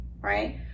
right